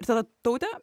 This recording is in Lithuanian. ir tada tautė